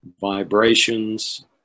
vibrations